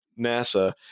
NASA